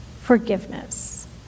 forgiveness